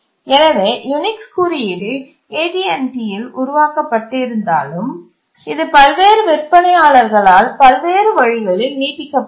எனவே யூனிக்ஸ் குறியீடு AT T இல் உருவாக்கப்பட்டிருந்தாலும் இது பல்வேறு விற்பனையாளர்களால் பல்வேறு வழிகளில் நீட்டிக்கப்பட்டது